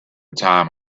time